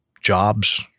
jobs